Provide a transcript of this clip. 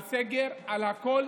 על סגר, על הכול.